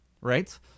right